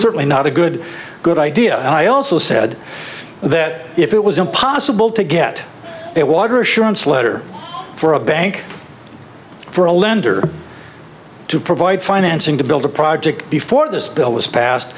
certainly not a good good idea i also said that if it was impossible to get a water assurance letter for a bank for a lender to provide financing to build a project before this bill was pas